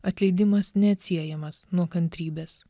atleidimas neatsiejamas nuo kantrybės